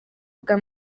bwa